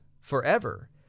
forever